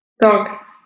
dogs